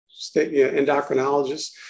endocrinologist